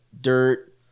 dirt